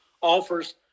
offers